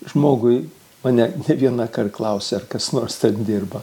žmogui mane ne vienąkart klausia ar kas nors dirba